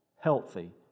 healthy